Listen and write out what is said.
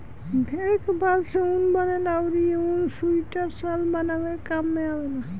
भेड़ के बाल से ऊन बनेला अउरी इ ऊन सुइटर, शाल बनावे के काम में आवेला